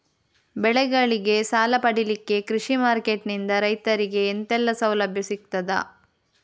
ಬೆಳೆಗಳಿಗೆ ಸಾಲ ಪಡಿಲಿಕ್ಕೆ ಕೃಷಿ ಮಾರ್ಕೆಟ್ ನಿಂದ ರೈತರಿಗೆ ಎಂತೆಲ್ಲ ಸೌಲಭ್ಯ ಸಿಗ್ತದ?